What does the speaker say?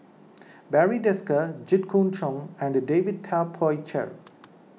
Barry Desker Jit Koon Ch'ng and David Tay Poey Cher